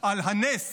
על הנס